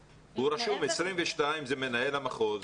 22 זה מנהל המחוז.